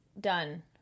done